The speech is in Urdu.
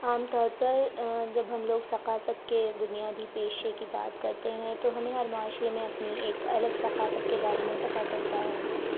عام طور پر جب ہم لوگ ثقافت کے بنیادی پیشہ کی بات کرتے ہیں تو ہمیں ہر معاشرہ میں اپنی ایک الگ ثقافت کے بارے میں پتہ چلتا ہے